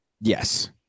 Yes